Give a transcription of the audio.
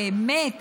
באמת,